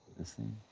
this thing